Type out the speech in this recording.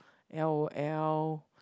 L O L